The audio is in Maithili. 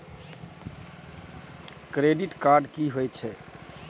क्रेडिट कार्ड की होय छै?